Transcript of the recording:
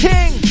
King